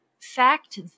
fact